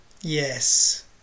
Yes